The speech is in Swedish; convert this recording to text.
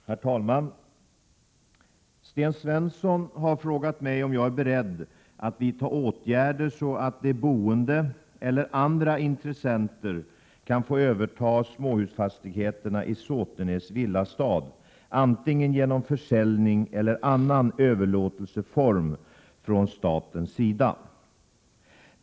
Herr talman! Sten Svensson har frågat mig om jag är beredd att vidta åtgärder så att de boende eller andra intressenter kan få överta småhusfastigheterna i Såtenäs villastad, antingen genom försäljning eller annan överlåtelseform från statens sida.